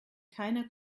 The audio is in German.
keiner